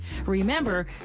Remember